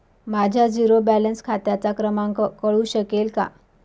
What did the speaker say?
माझ्या zero balance खात्याचा क्रमांक कळू शकेल का?